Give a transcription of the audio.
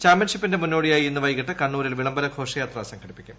ചാമ്പ്യൻഷിപ്പിന്റെ മുന്നോടിയായി ഇന്ന് വൈകിട്ട് കണ്ണൂരിൽ വിളംബര ഘോഷയാത്ര സംഘടിപ്പിക്കും